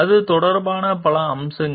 அது தொடர்பான பல அம்சங்கள்